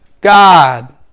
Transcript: God